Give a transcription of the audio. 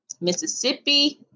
Mississippi